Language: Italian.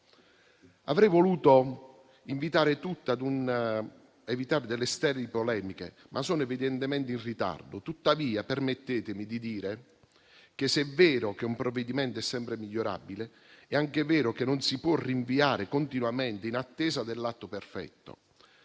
Avrei voluto invitare tutti ad evitare sterili polemiche, ma sono evidentemente in ritardo. Tuttavia, permettetemi di dire che, se è vero che un provvedimento è sempre migliorabile, è anche vero che non si può rinviare continuamente in attesa dell'atto perfetto.